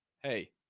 Hey